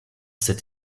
cet